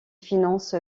finance